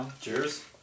Cheers